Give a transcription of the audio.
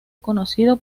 conocido